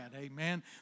amen